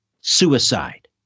Suicide